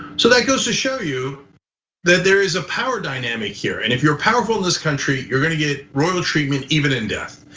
so that goes to show you that there is a power dynamic here, and if you're powerful in this country, you're gonna get royal treatment, even in death.